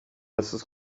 mrs